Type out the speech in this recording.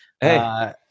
hey